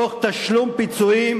תוך תשלום פיצויים,